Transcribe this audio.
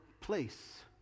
place